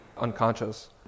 unconscious